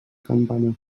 campanar